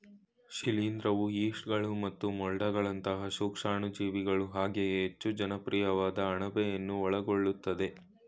ಶಿಲೀಂಧ್ರವು ಯೀಸ್ಟ್ಗಳು ಮತ್ತು ಮೊಲ್ಡ್ಗಳಂತಹ ಸೂಕ್ಷಾಣುಜೀವಿಗಳು ಹಾಗೆಯೇ ಹೆಚ್ಚು ಜನಪ್ರಿಯವಾದ ಅಣಬೆಯನ್ನು ಒಳಗೊಳ್ಳುತ್ತದೆ